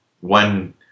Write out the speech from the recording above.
one